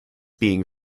being